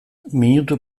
minutu